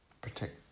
protect